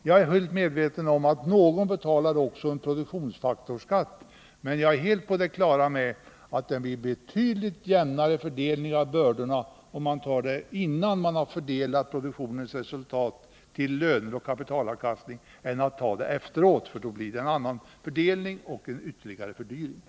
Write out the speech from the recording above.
Jag är fullt medveten om att någon betalar också en produktionsfaktorsskatt. Men jag är helt på det klara med att det blir en betydligt jämnare fördelning av bördorna om man tar ut den skatten innan man fördelat produktionsresultatet på löner och kapitalavkastning än om man tar ut den efteråt. Då blir det en annan fördelning och ytterligare fördyringar.